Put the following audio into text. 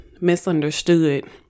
misunderstood